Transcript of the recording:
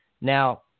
Now